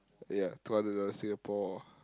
ya two hundred dollars Singapore